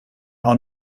auch